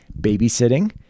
babysitting